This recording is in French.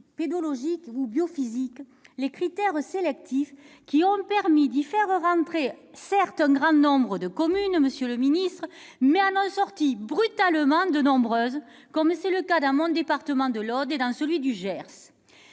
pédologiques ou biophysiques et les critères sélectifs ayant permis d'y faire entrer un grand nombre de communes, mais aussi d'en sortir brutalement de nombreuses autres, comme c'est le cas dans mon département de l'Aude et dans celui du Gers.